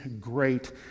great